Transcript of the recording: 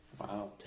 Wow